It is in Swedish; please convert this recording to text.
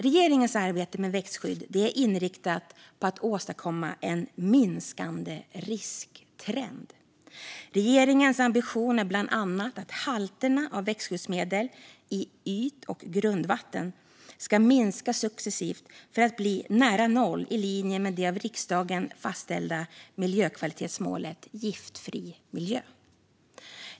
Regeringens arbete med växtskydd är inriktat på att åstadkomma en minskande risktrend. Regeringens ambition är bland annat att halterna av växtskyddsmedel i yt och grundvatten ska minska successivt för att bli nära noll i linje med det av riksdagen fastställda miljökvalitetsmålet Giftfri miljö.